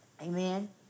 Amen